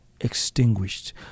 extinguished